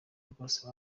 rwose